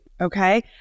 okay